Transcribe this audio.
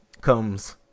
comes